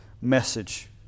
message